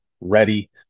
ready